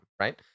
Right